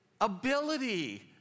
ability